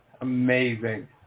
Amazing